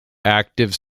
active